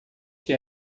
que